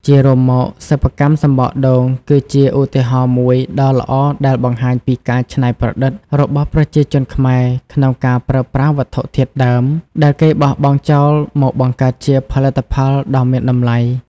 ជារួមមកសិប្បកម្មសំបកដូងគឺជាឧទាហរណ៍មួយដ៏ល្អដែលបង្ហាញពីការច្នៃប្រឌិតរបស់ប្រជាជនខ្មែរក្នុងការប្រើប្រាស់វត្ថុធាតុដើមដែលគេបោះបង់ចោលមកបង្កើតជាផលិតផលដ៏មានតម្លៃ។